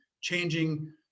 changing